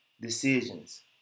decisions